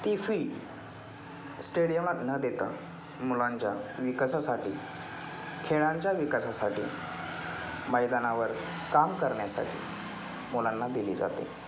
ती फी स्टेडियमात न देता मुलांच्या विकासासाठी खेळांच्या विकासासाठी मैदानावर काम करण्यासाठी मुलांना दिली जाते